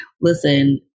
listen